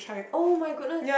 [oh]-my-goodness